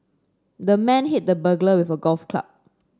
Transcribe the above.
the man hit the burglar with a golf club